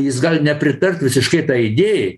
jis gali nepritart visiškai tai idėjai